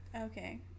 Okay